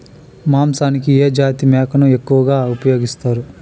మాంసానికి ఏ జాతి మేకను ఎక్కువగా ఉపయోగిస్తారు?